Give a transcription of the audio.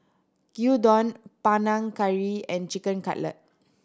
Gyudon Panang Curry and Chicken Cutlet